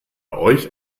euch